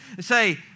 say